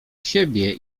siebie